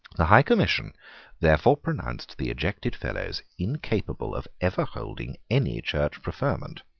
the high commission therefore pronounced the ejected fellows incapable of ever holding any church preferment.